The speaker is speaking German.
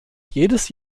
jedes